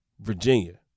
Virginia